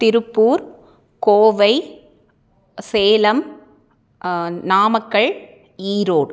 Tiruppur Kovai Salem Namakkal Erode